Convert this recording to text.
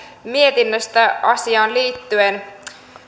mietinnöstä asiaan liittyen